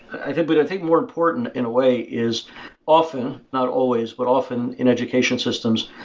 i think but think more important in a way is often, not always, but often in education systems,